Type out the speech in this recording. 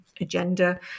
agenda